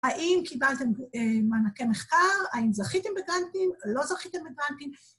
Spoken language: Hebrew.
‫האם קיבלתם מענקי מחקר? ‫האם זכיתם בגרנטים? ‫לא זכיתם בגרנטים?